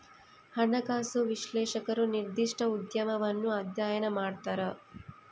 ಹಣಕಾಸು ವಿಶ್ಲೇಷಕರು ನಿರ್ದಿಷ್ಟ ಉದ್ಯಮವನ್ನು ಅಧ್ಯಯನ ಮಾಡ್ತರ